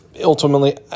Ultimately